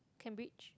Cambridge